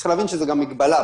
צריך להבין שזו מגבלה,